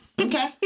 Okay